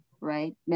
right